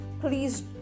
please